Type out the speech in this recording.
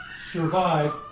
survive